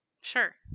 sure